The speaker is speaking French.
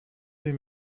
des